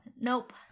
nope